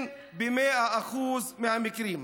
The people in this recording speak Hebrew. כן, ב-100% מהמקרים.